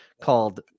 called